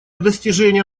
достижения